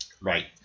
Right